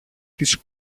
της